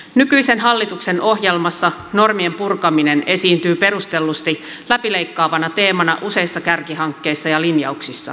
nykyisen hallituksen ohjelmassa normien purkaminen esiintyy perustellusti läpileikkaavana teemana useissa kärkihankkeissa ja linjauksissa